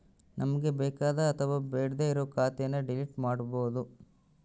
ನಮ್ಗೆ ಬೇಕಾದ ಅಥವಾ ಬೇಡ್ಡೆ ಇರೋ ಖಾತೆನ ಡಿಲೀಟ್ ಮಾಡ್ಬೋದು